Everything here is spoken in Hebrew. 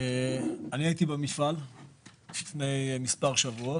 אני הייתי במפעל לפני מספר שבועות,